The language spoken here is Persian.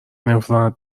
نفرت